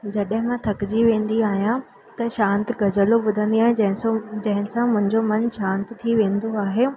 जॾहिं मां थकिजी वेंदी आहियां त शांति गज़ल ॿुधंदी आहियां जंहिं सां जंहिं सां मुंहिंजो मन शांति थी वेंदो आहे